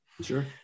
sure